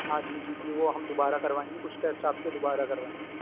ہاں جی جی جی وہ ہم دوبارہ کروائیں گے کچھ ٹیسٹ آپ کے دوبارہ کروائیں گے